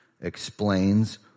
explains